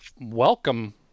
welcome